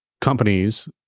companies